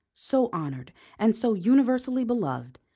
so honoured and so universally beloved,